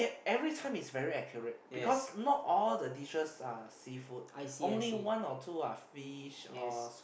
every time is very accurate because not all the dishes are seafood only one or two are fish